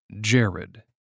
Jared